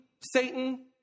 Satan